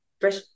fresh